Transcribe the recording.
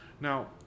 Now